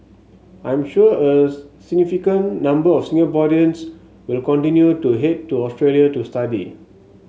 I'm sure a significant number of Singaporeans will continue to head to Australia to study